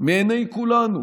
מעיני כולנו